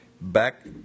back